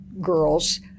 girls